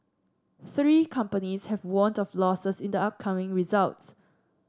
three companies have warned of losses in the upcoming results